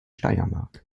steiermark